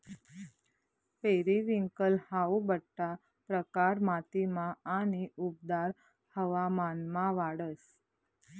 periwinkle हाऊ बठ्ठा प्रकार मातीमा आणि उबदार हवामानमा वाढस